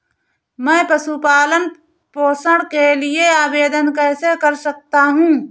मैं पशु पालन पोषण के लिए आवेदन कैसे कर सकता हूँ?